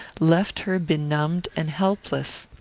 left her benumbed and helpless.